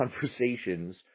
conversations